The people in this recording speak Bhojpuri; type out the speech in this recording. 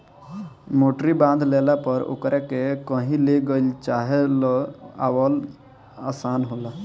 मोटरी बांध लेला पर ओकरा के कही ले गईल चाहे ले आवल आसान होला